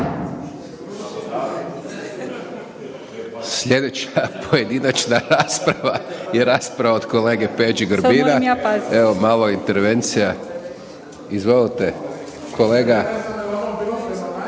Sljedeća pojedinačna rasprava je rasprava od kolege Peđe Grbina, evo malo intervencija. Izvolite kolega